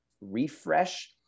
refresh